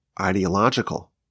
ideological